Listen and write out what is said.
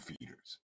feeders